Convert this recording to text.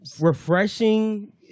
refreshing